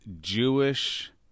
Jewish